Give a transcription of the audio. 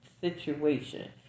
situation